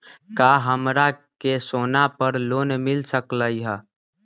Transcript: का हमरा के सोना पर लोन मिल सकलई ह?